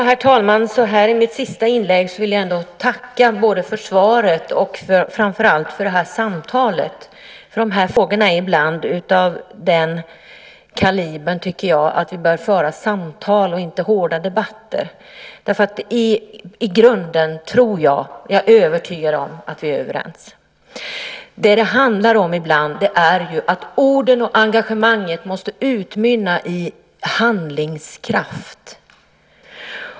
Herr talman! Så här i mitt sista inlägg vill jag tacka både för svaret och framför allt för det här samtalet. De här frågorna är ibland av den kalibern att jag tycker att vi bör föra samtal och inte hårda debatter. Jag är övertygad om att vi i grunden är överens, men orden och engagemanget måste utmynna i handlingskraft.